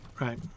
Right